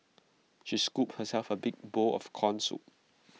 she scooped herself A big bowl of Corn Soup